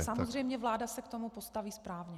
Samozřejmě, vláda se k tomu postaví správně.